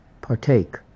partake